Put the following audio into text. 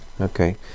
Okay